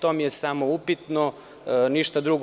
To mi je samo upitno, ništa drugo.